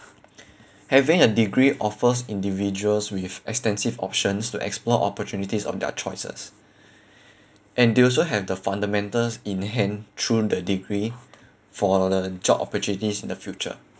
having a degree offers individuals with extensive options to explore opportunities of their choices and they also have the fundamentals in hand through the degree for the job opportunities in the future